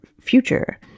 future